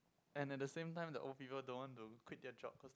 and at the same time the old people don't want to quit their job cause